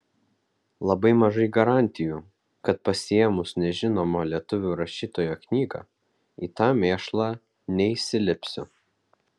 labai mažai garantijų kad pasiėmus nežinomo lietuvių rašytojo knygą į tą mėšlą neįsilipsiu